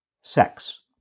sex